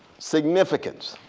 significance,